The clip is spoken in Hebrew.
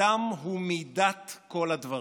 האדם הוא מידת כל הדברים.